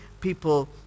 people